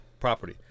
property